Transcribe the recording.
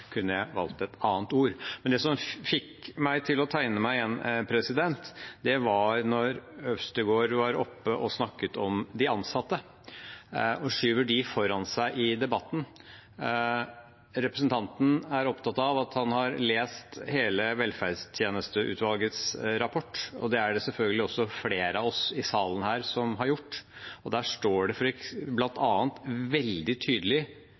kunne valgt et annet ord. Det som fikk meg til å tegne meg igjen, var da Øvstegård snakket om de ansatte, og skyver dem foran seg i debatten. Representanten er opptatt av at han har lest hele velferdstjenesteutvalgets rapport. Det er det selvfølgelig flere av oss i salen som har gjort. Der står det bl.a. veldig tydelig hva som er hovedårsakene til lavere lønnskostnader hos veldig